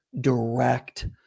direct